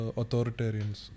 authoritarians